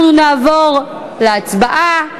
אנחנו נעבור להצבעה.